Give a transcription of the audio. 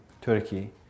Turkey